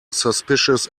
suspicious